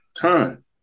time